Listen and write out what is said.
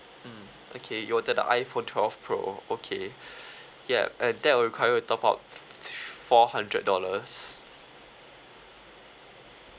mm okay you wanted the iphone twelve pro okay yup and that will require to top up four hundred dollars